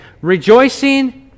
rejoicing